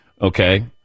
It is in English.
okay